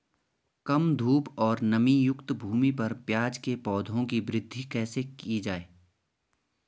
कम धूप और नमीयुक्त भूमि पर प्याज़ के पौधों की वृद्धि कैसे की जाए?